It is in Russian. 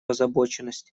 озабоченность